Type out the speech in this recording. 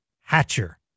hatcher